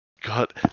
God